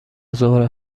زهره